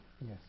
yes